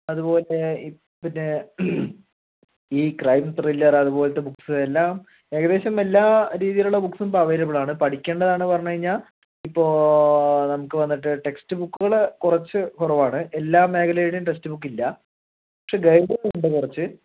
അതുപോലെ ഈ പിന്നെ ഈ ക്രൈം ത്രില്ലർ അതുപോലത്തെ ബുക്സ് എല്ലാം ഏകദേശം എല്ലാ രീതിയിലുള്ള ബുക്സും ഇപ്പോൾ അവൈലബിൾ ആണ് പഠിക്കേണ്ടതാണ് പറഞ്ഞു കഴിഞ്ഞാൽ ഇപ്പോൾ നമുക്ക് വന്നിട്ട് ടെക്സ്റ്റ് ബുക്കുകൾ കുറച്ച് കുറവാണ് എല്ലാ മേഖലയിലും ടെക്സ്റ്റ് ബുക്കില്ല പക്ഷേ ഗൈഡുകൾ ഉണ്ട് കുറച്ച്